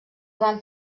van